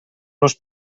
los